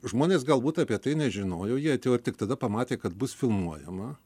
žmonės galbūt apie tai nežinojo jie atėjo ir tik tada pamatė kad bus filmuojama